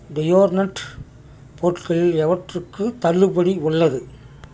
deodorant பொருட்களில் எவற்றுக்கு தள்ளுபடி உள்ளது